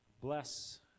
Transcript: bless